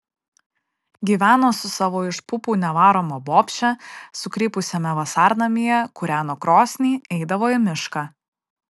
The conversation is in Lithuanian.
gyveno su savo iš pupų nevaroma bobše sukrypusiame vasarnamyje kūreno krosnį eidavo į mišką